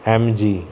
MG